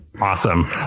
Awesome